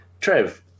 Trev